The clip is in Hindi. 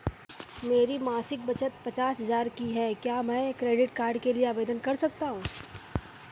मेरी मासिक बचत पचास हजार की है क्या मैं क्रेडिट कार्ड के लिए आवेदन कर सकता हूँ?